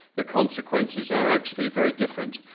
the consequences are actually very different.